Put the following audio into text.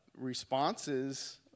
responses